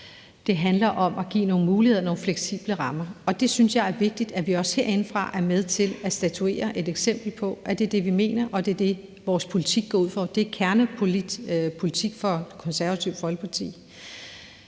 Det handler om at give nogle muligheder og nogle fleksible rammer. Og jeg synes, det er vigtigt, at vi også herindefra er med til at statuere et eksempel på, at det er det, vi mener, og det er det, vores politik går ud på – det er kernepolitik for Det Konservative Folkeparti.